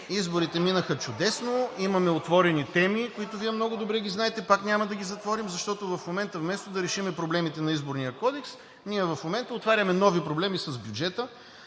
Изборите минаха чудесно, имаме отворени теми, които Вие много добре ги знаете, пак няма да ги затворим, защото в момента вместо да решим проблемите на Изборния кодекс, ние отваряме нови проблеми с бюджета.